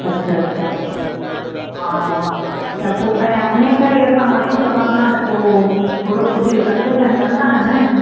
अच्छा अच्छा हा त पोइ ऐं हमेशह ही असां वठूं तव्हांखां त पोइ थोड़ो कुझु कंसेशन कंदा न न